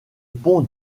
pont